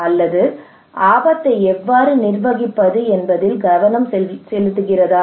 அல்லது ஆபத்தை எவ்வாறு நிர்வகிப்பது என்பதில் கவனம் செலுத்துகிறதா